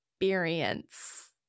experience